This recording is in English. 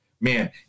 man